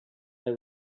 they